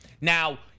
Now